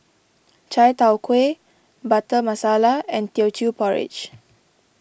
Chai Tow Kway Butter Masala and Teochew Porridge